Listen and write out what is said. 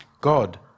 God